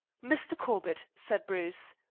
mr. corbett, said bruce,